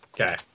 Okay